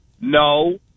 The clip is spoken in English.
No